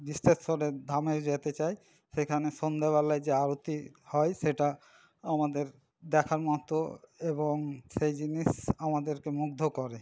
বিশ্বেশ্বরের ধামে যেতে চাই সেখানে সন্ধ্যেবেলায় যে আরতি হয় সেটা আমাদের দেখার মতো এবং সে জিনিস আমাদেরকে মুগ্ধ করে